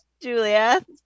julia